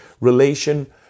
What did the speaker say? relation